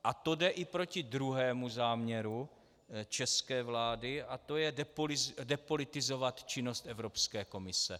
A to jde i proti druhému záměru české vlády, a to je depolitizovat činnost Evropské komise.